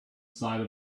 side